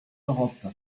europe